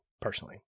personally